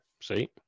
see